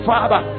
Father